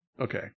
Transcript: Okay